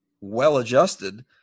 well-adjusted